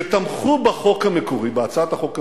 שתמכו בחוק המקורי, בהצעת החוק המקורית,